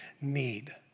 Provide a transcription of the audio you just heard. need